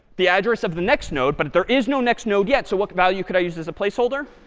the address of the next node. but there is no next node yet. so what value could i use as a placeholder?